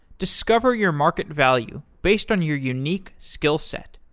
discover your market value based on your unique skill set.